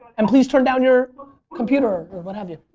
and please turn down your computer or what have you.